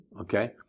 Okay